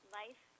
life